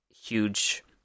huge